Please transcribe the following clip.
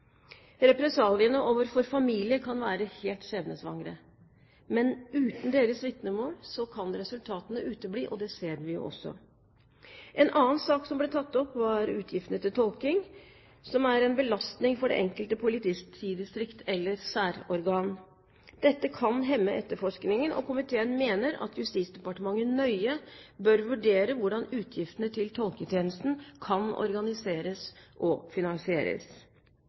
Represaliene overfor familie kan være helt skjebnesvangre, men uten deres vitnemål kan resultatene utebli, og det ser vi jo også. En annen sak som ble tatt opp, var utgiftene til tolking, som er en belastning for det enkelte politidistrikt eller særorgan. Dette kan hemme etterforskningen, og komiteen mener at Justisdepartementet nøye bør vurdere hvordan utgiftene til tolketjenesten kan organiseres og finansieres.